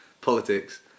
politics